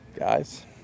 Guys